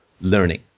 learning